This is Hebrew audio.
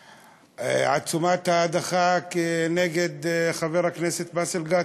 עצומת ההדחה כנגד חבר הכנסת באסל גטאס.